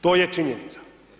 To je činjenica.